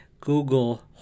Google